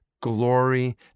glory